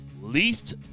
Least